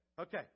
Okay